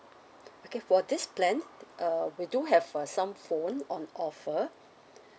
okay for this plan uh we do have uh for some phone on offer